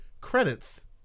credits